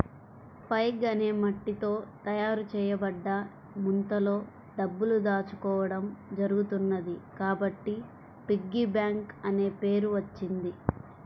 pig అనే మట్టితో తయారు చేయబడ్డ ముంతలో డబ్బులు దాచుకోవడం జరుగుతున్నది కాబట్టి పిగ్గీ బ్యాంక్ అనే పేరు వచ్చింది